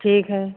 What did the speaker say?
ठीक है